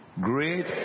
Great